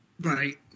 Right